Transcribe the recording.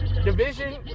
division